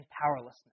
powerlessness